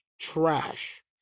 trash